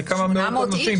אלה כמה מאות אנשים.